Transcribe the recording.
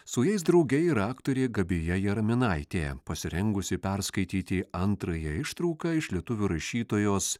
su jais drauge ir aktorė gabija jaraminaitė pasirengusi perskaityti antrąją ištrauką iš lietuvių rašytojos